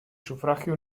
sufragio